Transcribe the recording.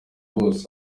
bose